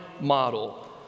model